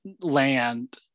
land